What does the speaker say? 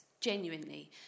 genuinely